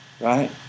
right